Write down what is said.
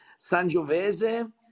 Sangiovese